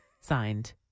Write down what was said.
signed